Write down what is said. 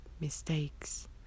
mistakes